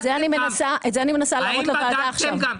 את זה אני מנסה להראות לוועדה עכשיו.